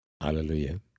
Hallelujah